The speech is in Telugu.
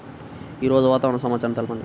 ఈరోజు వాతావరణ సమాచారం తెలుపండి